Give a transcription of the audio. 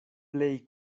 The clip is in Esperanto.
plej